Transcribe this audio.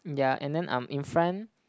ya and then um in front